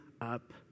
up